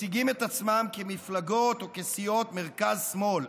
מציגים את עצמם, כמפלגות או כסיעות מרכז שמאל: